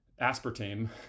aspartame